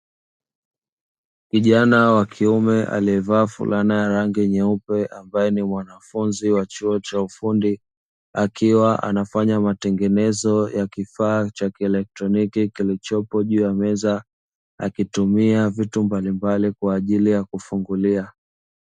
Kijana wa kiume aliyevaa fulana ya rangi nyeupe ambaye ni mwanafunzi wa chuo cha ufundi, akiwa anafanya matengenezo ya kifaa cha kielektroniki kilichopo juu ya meza, akitumia vitu mbalimbali kwa ajili ya kufungulia.